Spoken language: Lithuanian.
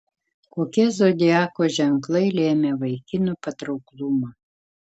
kokie zodiako ženklai lėmė vaikinų patrauklumą